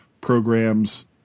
Programs